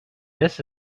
this